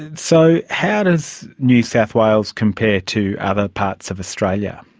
so how does new south wales compare to other parts of australia?